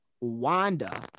Wanda